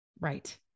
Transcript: Right